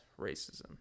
racism